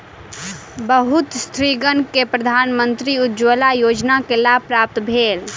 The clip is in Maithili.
बहुत स्त्रीगण के प्रधानमंत्री उज्ज्वला योजना के लाभ प्राप्त भेल